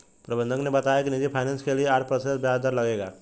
प्रबंधक ने बताया कि निजी फ़ाइनेंस के लिए आठ प्रतिशत ब्याज दर लगेगा